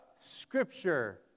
scripture